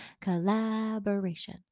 Collaboration